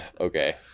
Okay